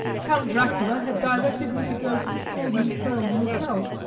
count dracula had directed me to go to the golden krone hotel,